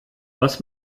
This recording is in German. was